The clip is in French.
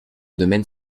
domaine